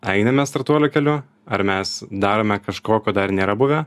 einame startuolio keliu ar mes darome kažko ko dar nėra buvę